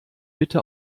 bitte